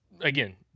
Again